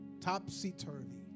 topsy-turvy